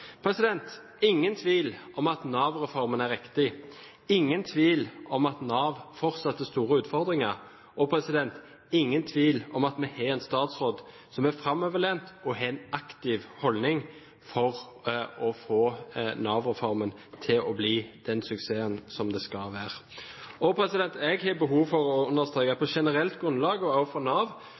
ingen tvil om at Nav-reformen er riktig. Det er ingen tvil om at Nav fortsatt har store utfordringer, og det er ingen tvil om at vi har en statsråd som er framoverlent og har en aktiv holdning for å få Nav-reformen til å bli den suksessen som den skal være. Jeg har behov for å understreke på generelt grunnlag og overfor Nav